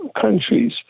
countries